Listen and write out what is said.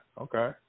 Okay